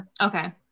okay